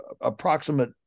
approximate